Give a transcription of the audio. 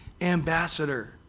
ambassador